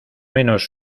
menos